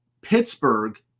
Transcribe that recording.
Pittsburgh